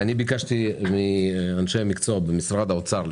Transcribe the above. אני ביקשתי מאנשי מקצוע במשרד האוצר,